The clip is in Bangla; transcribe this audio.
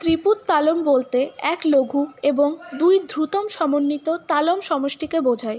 ত্রিপুট তালম বলতে এক লঘু এবং দুই ধ্রুতম সমন্বিত তালম সমষ্টিকে বোঝায়